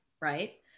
right